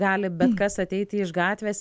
gali bet kas ateiti iš gatvės